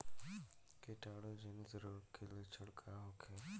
कीटाणु जनित रोग के लक्षण का होखे?